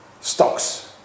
stocks